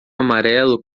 amarelo